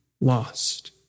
lost